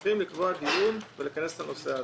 צריך לקבוע דיון ולהיכנס לנושא הזה.